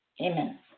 Amen